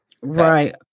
Right